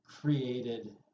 created